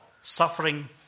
Suffering